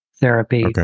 therapy